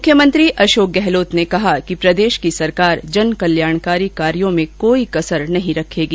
मुख्यमंत्री अशोक गहलोत ने कहा है कि प्रदेश की सरकार जन कल्याणकारी कार्यों में कोई कसर नहीं रखेगी